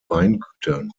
weingütern